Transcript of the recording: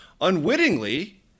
unwittingly